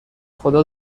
خدا